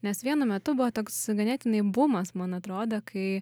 nes vienu metu buvo toks ganėtinai bumas man atrodo kai